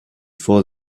for